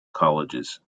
colleges